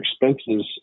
expenses